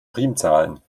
primzahlen